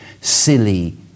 silly